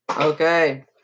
Okay